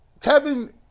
Kevin